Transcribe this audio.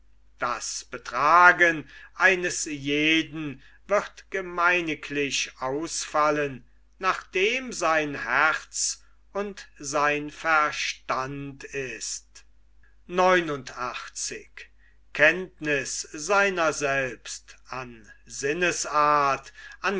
das betragen eines jeden wird gemeiniglich ausfallen nachdem sein herz und sein verstand ist an sinnesart an